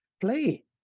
Play